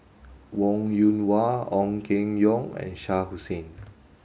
Wong Yoon Wah Ong Keng Yong and Shah Hussain